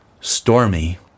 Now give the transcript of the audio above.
stormy